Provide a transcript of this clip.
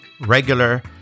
regular